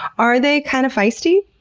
are they kind of feisty?